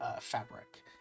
fabric